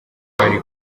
bari